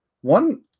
one